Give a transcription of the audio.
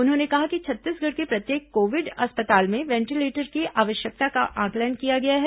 उन्होंने कहा कि छत्तीसगढ़ के प्रत्येक कोविड अस्पताल में वेंटीलेटर की आवश्यकता का आंकलन किया गया है